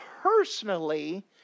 personally